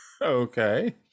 okay